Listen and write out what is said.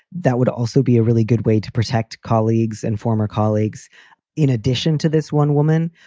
that would also be a really good way to protect colleagues and former colleagues in addition to this one woman.